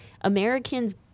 Americans